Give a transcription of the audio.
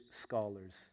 scholars